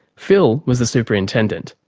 phil was the superintendent.